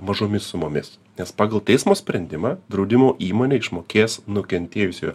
mažomis sumomis nes pagal teismo sprendimą draudimo įmonė išmokės nukentėjusiojo